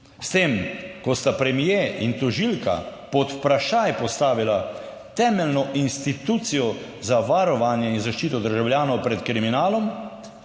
S tem, ko sta premier in tožilka pod vprašaj postavila temeljno institucijo za varovanje in zaščito državljanov pred kriminalom,